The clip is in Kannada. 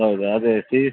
ಹೌದಾ ಅದೇ ಸಿಹಿ